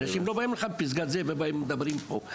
אנשים מפסגת זאב לא באים ומדברים פה.